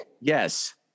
Yes